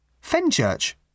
Fenchurch